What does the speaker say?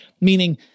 meaning